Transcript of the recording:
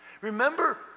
Remember